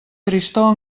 tristor